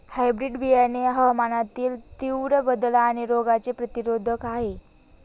hybrid बियाणे हवामानातील तीव्र बदल आणि रोगांचे प्रतिरोधक आहे